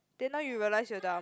then now you realise you're dumb